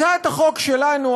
הצעת החוק שלנו,